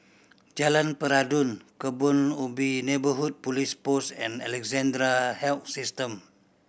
Jalan Peradun Kebun Ubi Neighbourhood Police Post and Alexandra Health System